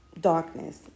darkness